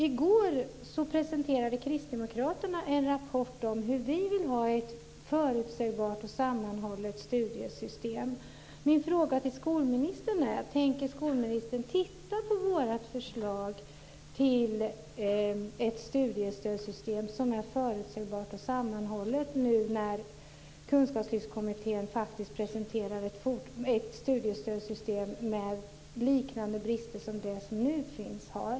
I går presenterade Kristdemokraterna en rapport om hur vi vill ha ett förutsägbart och sammanhållet studiesystem. Min fråga till skolministern är: Tänker skolministern titta på vårt förslag till ett studiestödssystem som är förutsägbart och sammanhållet, nu när Kunskapslyftskommittén faktiskt presenterar ett studiestödssystem med liknande brister som det som nu finns har?